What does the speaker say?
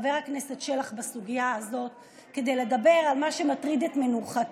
לחבר הכנסת שלח בסוגיה הזאת כדי לדבר על מה שמטריד את מנוחתי,